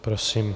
Prosím.